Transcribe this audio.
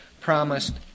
promised